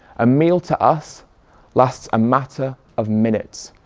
a meal to us lasts a matter of minutes.